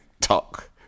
talk